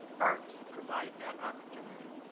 arts provide that opportunity.